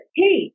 hey